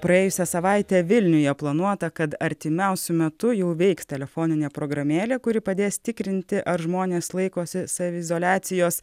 praėjusią savaitę vilniuje planuota kad artimiausiu metu jau veiks telefoninė programėlė kuri padės tikrinti ar žmonės laikosi saviizoliacijos